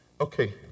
Okay